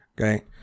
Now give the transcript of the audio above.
okay